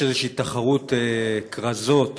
יש איזו תחרות כרזות